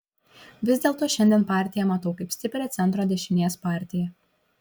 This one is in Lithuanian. vis dėlto šiandien partiją matau kaip stiprią centro dešinės partiją